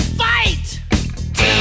fight